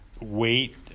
weight